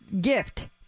Gift